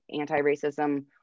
anti-racism